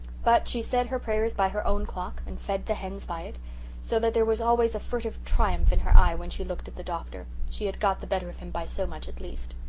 but she said her prayers by her own clock, and fed the hens by it so that there was always a furtive triumph in her eye when she looked at the doctor she had got the better of him by so much at least.